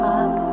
up